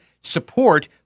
support